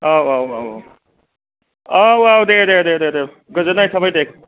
औ औ औ औ औ औ दे दे दे दे गोजोन्नाय थाबाय दे